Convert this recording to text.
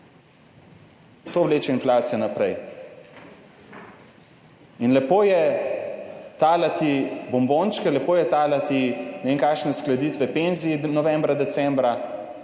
to vleče inflacijo naprej. Lepo je talati bombončke, lepo je talati ne vem kakšne uskladitve penzij novembra, decembra,